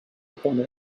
upon